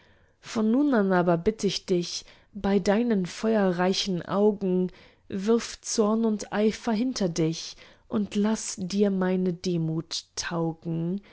von nun an aber bitt ich dich bei deinen feuerreichen augen wirf zorn und eifer hinter dich und laß dir meine demut taugen